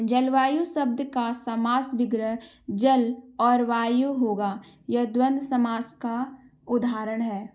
जलवायु शब्द का समास विग्रह जल और वायु होगा यह द्वंद्व समास का उदाहरण है